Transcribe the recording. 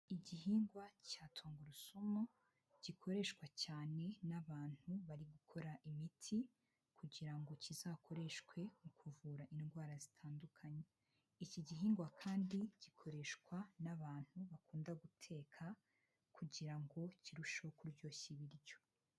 Igihingwa cya tungurusumu gikoreshwa cyane n'abantu bari gukora imiti kugira ngo kizakoreshwe mu kuvura indwara zitandukanye, iki gihingwa kandi gikoreshwa n'abantu bakunda guteka kugira ngo kirusheho kuryoshya ibiryo.